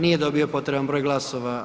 Nije dobio potreban broj glasova.